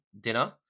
dinner